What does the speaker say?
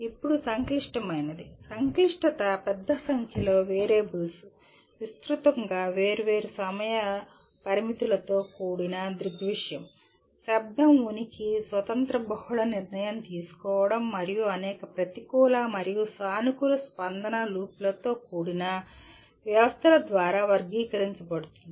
ఇప్పుడు సంక్లిష్టమైనది సంక్లిష్టత పెద్ద సంఖ్యలో వేరియబుల్స్ విస్తృతంగా వేర్వేరు సమయ పరిమితులతో కూడిన దృగ్విషయం శబ్దం ఉనికి స్వతంత్ర బహుళ నిర్ణయం తీసుకోవడం మరియు అనేక ప్రతికూల మరియు సానుకూల స్పందన లూప్లతో కూడిన వ్యవస్థల ద్వారా వర్గీకరించబడుతుంది